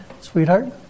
sweetheart